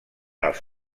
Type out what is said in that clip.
els